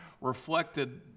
reflected